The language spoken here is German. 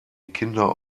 kinder